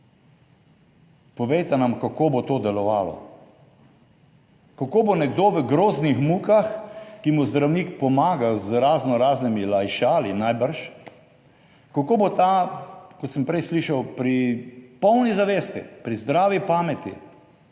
Povejte nam, kako bo to delovalo? Kako bo nekdo v groznih mukah, ki mu zdravnik pomaga z raznoraznimi lajšali, najbrž, kako bo ta, kot sem prej slišal, pri polni zavesti, pri zdravi pameti